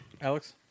alex